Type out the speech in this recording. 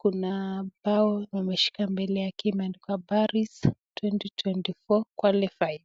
Kuna bao ameshika mbele yake imeandikwa Paris 2024 qualified .